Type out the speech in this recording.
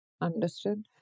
Understood